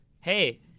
hey